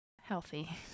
Healthy